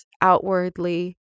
outwardly